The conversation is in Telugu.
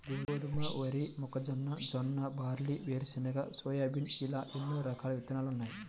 గోధుమ, వరి, మొక్కజొన్న, జొన్న, బార్లీ, వేరుశెనగ, సోయాబీన్ ఇలా ఎన్నో రకాల విత్తనాలున్నాయి